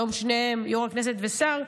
שהיום שניהם יו"ר הכנסת ושר,